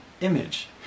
image